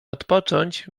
odpocząć